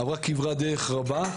עברה כברת דרך רבה.